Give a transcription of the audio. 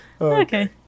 Okay